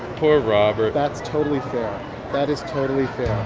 poor robert that's totally that is totally fair